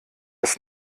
ist